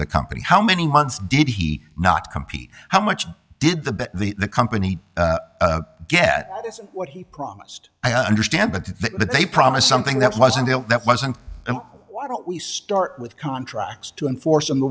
the company how many months did he not compete how much did the the company get what he promised i understand but they promise something that wasn't that wasn't and why don't we start with contracts to enforce in the